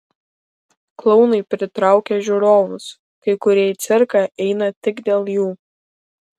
klounai pritraukia žiūrovus kai kurie į cirką eina tik dėl jų